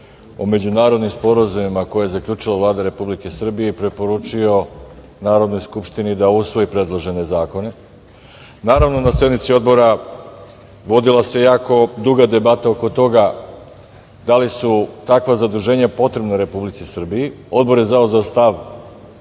o međunarodnim sporazumima koji je zaključila Vlada Republike Srbije i preporučio Narodnoj skupštini da usvoji predložene zakone. Naravno na sednici Odbora vodila se jako duga debata oko toga da li su takva zaduženja potrebna Republici Srbiji. Odbor je zauzeo stav